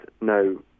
no